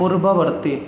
ପୂର୍ବବର୍ତ୍ତୀ